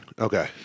Okay